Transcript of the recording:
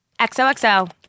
XOXO